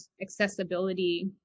accessibility